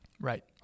right